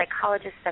psychologists